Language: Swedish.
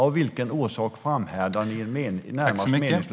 Av vilken orsak framhärdar regeringen med en närmast menlös skatt?